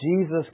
Jesus